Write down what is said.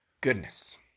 Goodness